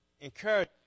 encourage